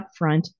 upfront